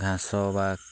ଘାସ ବା